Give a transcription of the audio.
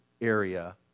area